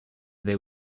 there